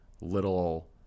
little